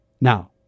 Now